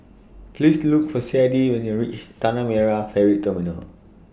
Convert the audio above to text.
Please Look For Sadie when YOU REACH Tanah Merah Ferry Terminal